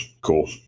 cool